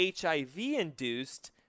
HIV-induced